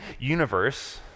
universe